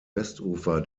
westufer